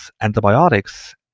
antibiotics